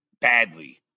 badly